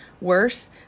Worse